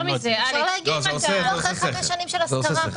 אפשר להבהיר שאפשרות המכירה מתבצעת אחרי חמש שנים של השכרה.